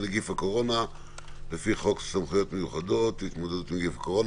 נגיף הקורונה לפי חוק סמכויות מיוחדות להתמודדות עם נגיף הקורונה.